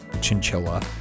chinchilla